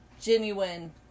genuine